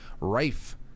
rife